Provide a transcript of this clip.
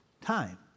time